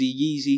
Yeezy